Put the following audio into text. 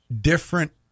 different